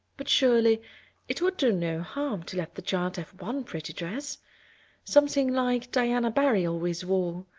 but surely it would do no harm to let the child have one pretty dress something like diana barry always wore.